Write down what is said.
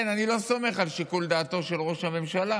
כן, אני לא סומך על שיקול דעתו של ראש הממשלה.